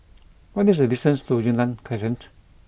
what is the distance to Yunnan Crescent